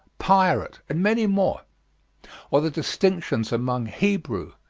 pirate, and many more or the distinctions among hebrew,